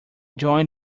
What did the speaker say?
join